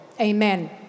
Amen